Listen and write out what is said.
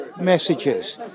messages